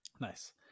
Nice